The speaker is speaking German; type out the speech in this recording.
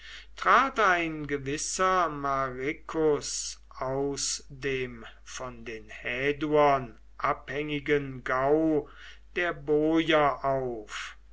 trat ein gewisser mariccus aus dem von den häduern abhängigen gau der boier auf